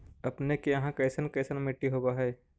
अपने के यहाँ कैसन कैसन मिट्टी होब है?